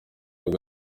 ngo